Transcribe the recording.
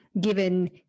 given